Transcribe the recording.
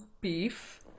Beef